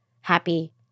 happy